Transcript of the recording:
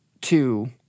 two